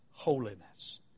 Holiness